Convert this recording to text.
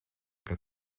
que